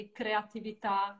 creatività